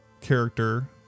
character